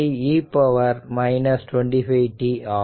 5 e 25t ஆகும்